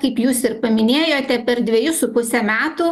kaip jūs ir paminėjote per dvejus su puse metų